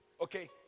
Okay